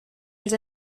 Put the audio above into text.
els